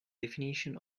definition